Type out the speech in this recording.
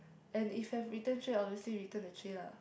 and if have return tray obviously return the tray lah